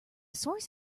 source